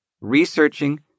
researching